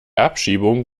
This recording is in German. abschiebung